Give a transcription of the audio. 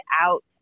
out